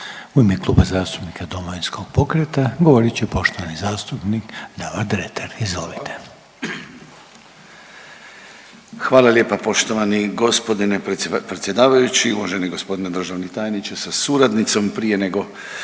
U ime Kluba zastupnika Domovinskog pokreta govorit će poštovani zastupnik Davor Dretar, izvolite. **Dretar, Davor (DP)** Hvala lijepa poštovani g. predsjedavajući i uvaženi g. državni tajniče sa suradnicom. Prije nego